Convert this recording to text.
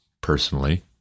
personally